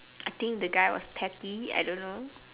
I think the guy was petty I don't know